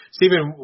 Stephen